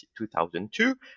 2002